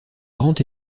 grant